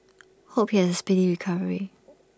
hope he has A speedy recovery